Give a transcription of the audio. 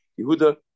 Yehuda